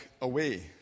away